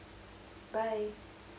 bye